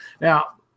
Now